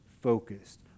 focused